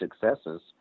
successes